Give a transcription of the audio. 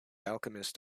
alchemist